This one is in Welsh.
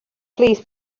plis